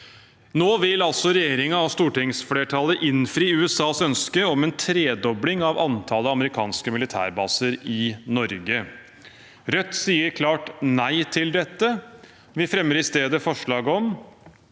Nå vil altså regjeringen og stortingsflertallet innfri USAs ønske om en tredobling av antallet amerikanske militærbaser i Norge. Rødt sier klart nei til dette. Vi fremmer i stedet forslag om for